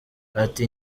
ati